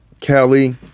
Kelly